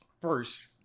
first